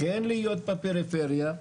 כן להיות בפריפריה,